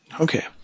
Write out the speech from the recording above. Okay